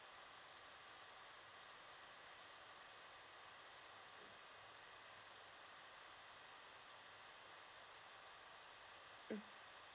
mm